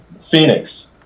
Phoenix